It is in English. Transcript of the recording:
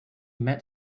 met